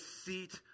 seat